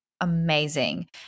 amazing